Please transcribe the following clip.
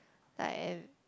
like ad~